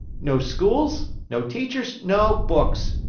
no schools, no teachers, no books!